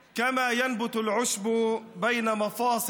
ברצוני לגשת היישר אל השוואות עם מדינות